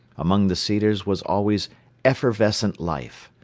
among the cedars was always effervescent life.